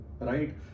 right